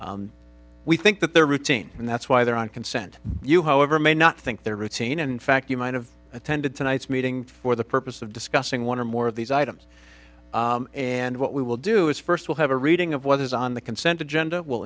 time we think that their routine and that's why they're on consent you however may not think they're routine in fact you might have attended tonight's meeting for the purpose of discussing one or more of these items and what we will do is first we'll have a reading of what is on the consent agenda will